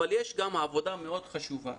יש גם עבודה מאוד חשובה